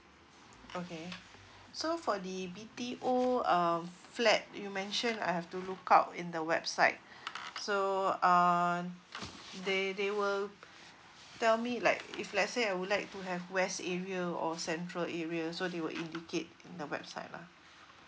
okay so for the B_T_O um flat you mention I have to look out in the website so uh they they will tell me like if let's say I would like to have west area or central area so they will indicate on the website lah